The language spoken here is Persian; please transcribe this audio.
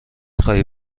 خواهی